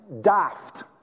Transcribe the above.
daft